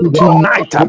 tonight